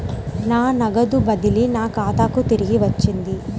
నా నగదు బదిలీ నా ఖాతాకు తిరిగి వచ్చింది